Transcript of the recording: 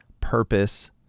purpose